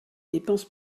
dépenses